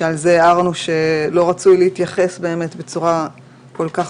שעל זה הערנו שלא רצו להתייחס בצורה כל כך